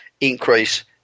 increase